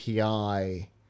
API